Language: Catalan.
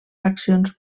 faccions